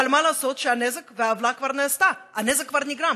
אבל מה לעשות שהעוולה כבר נעשתה, הנזק כבר נגרם.